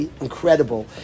incredible